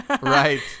right